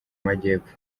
majyepfo